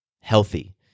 healthy